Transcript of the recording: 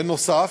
בנוסף,